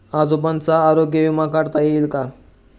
आजोबांचा आरोग्य विमा काढता येईल का?